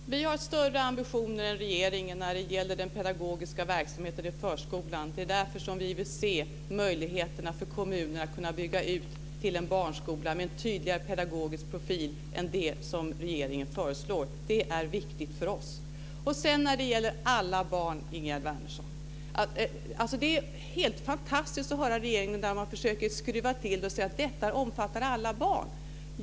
Fru talman! Vi har större ambitioner än regeringen när det gäller den pedagogiska verksamheten i förskolan. Det är därför som vi vill se möjligheter för kommunerna att bygga ut till en barnskola med en tydligare pedagogisk profil jämfört med det som regeringen föreslår. Detta är viktigt för oss. När det gäller detta med alla barn, Ingegerd Wärnersson, måste jag säga att det är helt fantastiskt att höra regeringen försöka så att säga skruva till det och säga att det här omfattar alla barn.